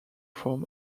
form